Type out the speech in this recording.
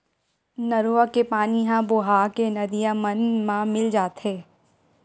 नरूवा के पानी ह बोहा के नदिया मन म मिल जाथे